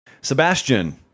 Sebastian